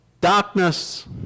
Darkness